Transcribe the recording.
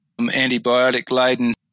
antibiotic-laden